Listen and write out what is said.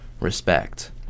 respect